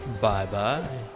Bye-bye